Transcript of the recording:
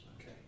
Okay